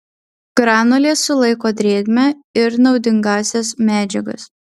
granulės sulaiko drėgmę ir naudingąsias medžiagas